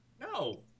No